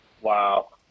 wow